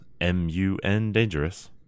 M-U-N-Dangerous